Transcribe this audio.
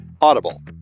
audible